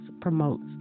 promotes